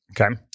Okay